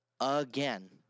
again